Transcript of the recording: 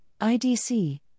IDC